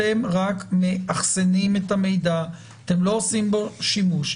אתם רק מאחסנים את המידע ולא עושים בו שימוש.